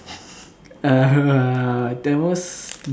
uh